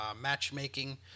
matchmaking